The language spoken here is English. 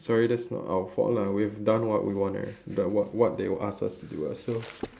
sorry that's not out fault lah we have done what we want eh the work what they asked us to do [what] so